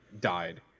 died